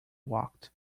walked